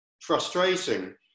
frustrating